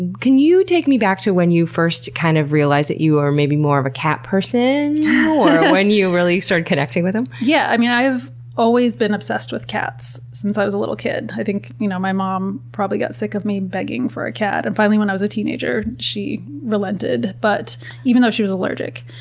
can you take me back to when you first, kind of, realized realized that you were maybe more of a cat person, or when you really started connecting with them? yeah, i mean i've always been obsessed with cats since i was a little kid. i think you know my mom probably got sick of me begging for a cat. and finally when i was a teenager she relented, but even though she was allergic.